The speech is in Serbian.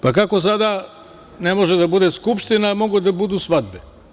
Pa, kako sada ne može da bude Skupština, a mogu da budu svadbe?